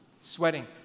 sweating